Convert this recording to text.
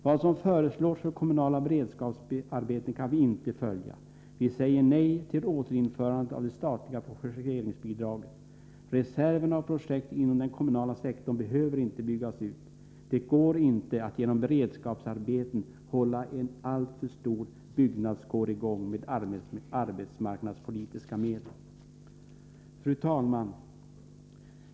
Vad som föreslås för kommunala beredskapsarbeten kan vi inte följa. Vi säger nej till återinförandet av det statliga projekteringsbidraget. Reserven av projekt inom den kommunala sektorn behöver inte byggas ut. Det går inte att genom beredskapsarbeten hålla en alltför stor byggarbetskår i gång med arbetsmarknadspolitiska medel. Fru talman!